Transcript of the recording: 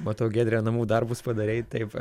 matau giedre namų darbus padarei taip